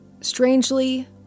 Strangely